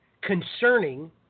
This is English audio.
concerning